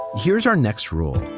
here's our next rule.